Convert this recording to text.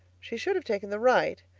she should have taken the right,